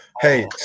Hey